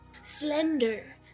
slender